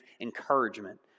encouragement